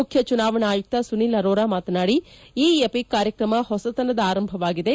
ಮುಖ್ಯ ಚುನಾವಣಾ ಆಯುಕ್ತ ಸುನೀಲ್ ಅರೋರ ಮಾತನಾಡಿ ಇ ಎಪಿಕ್ ಕಾರ್ಯಕ್ರಮ ಹೊಸತನದ ಆರಂಭವಾಗಿದೆ